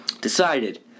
decided